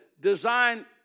design